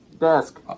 desk